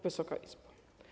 Wysoka Izbo!